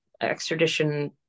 extradition